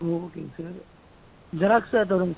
ஓகேங்க சார் ஜெராக்ஸாக எடுத்தால் எவ்வளோங்க சார்